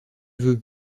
veut